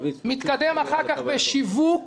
מתקדם אחר כך בשיווק